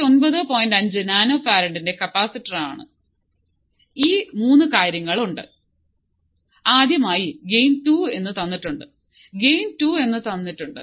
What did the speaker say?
5 nano ഫറാഡിന്റെ capacitance ഈ 3 കാര്യങ്ങളുണ്ട് ആദ്യം ആയി ഗെയ്ൻ ടു എന്ന് തന്നിട്ടുണ്ട്